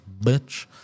bitch